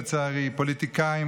פוליטיקאים,